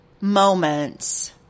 moments